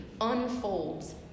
unfolds